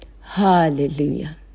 hallelujah